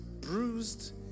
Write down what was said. bruised